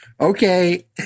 Okay